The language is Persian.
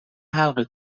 حلقه